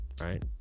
right